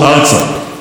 אין כמו בישראל,